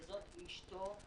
וזאת אשתו.